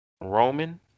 Roman